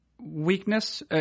weakness